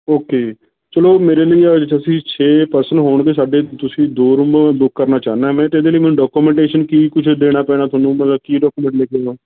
okay ਚਲੋ ਮੇਰੇ ਲਈ ਤੁਸੀਂ ਛੇ ਪਰਸਨ ਹੋਣਗੇ ਸਾਡੇ ਤੁਸੀਂ ਦੋ ਰੂਮ ਬੁੱਕ ਕਰਨਾ ਚਾਹੁੰਦਾ ਮੈਂ ਅਤੇ ਇਹਦੇ ਲਈ ਮੈਨੂੰ ਡਾਕੂਮੇਟੇਂਸ਼ਨ ਕੀ ਕੁਛ ਦੇਣਾ ਪੈਣਾ ਤੁਹਾਨੂੰ ਮਤਲਬ ਕੀ ਡਾਕੂਮੈਂਟ ਲੈ ਕੇ ਆਵਾਂ